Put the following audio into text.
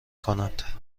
کنند